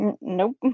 Nope